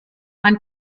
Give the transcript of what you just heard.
man